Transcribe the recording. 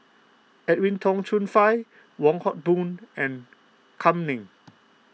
Edwin Tong Chun Fai Wong Hock Boon and Kam Ning